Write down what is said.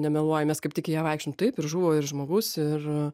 nemeluoju mes kaip tik į ją vaikščiojom taip ir žuvo ir žmogus ir